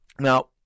Now